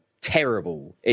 terrible